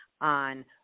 on